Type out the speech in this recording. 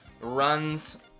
runs